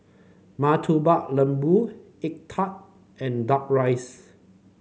Murtabak Lembu egg tart and duck rice